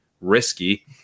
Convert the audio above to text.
risky